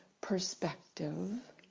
perspective